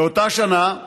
באותה שנה,